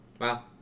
Wow